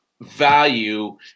value